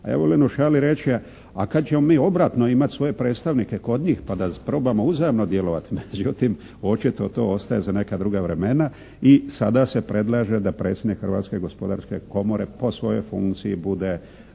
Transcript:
A ja volim u šali reći a kad ćemo mi obratno imati svoje predstavnike kod njih pa da probamo uzajamno djelovati? Međutim očito to ostaje za neka druga vremena. I sada se predlaže da predsjednik Hrvatske gospodarske komore po svojoj funkciji bude